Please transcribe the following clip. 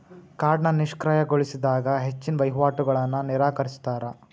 ಕಾರ್ಡ್ನ ನಿಷ್ಕ್ರಿಯಗೊಳಿಸಿದಾಗ ಹೆಚ್ಚಿನ್ ವಹಿವಾಟುಗಳನ್ನ ನಿರಾಕರಿಸ್ತಾರಾ